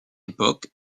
époque